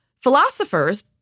Philosophers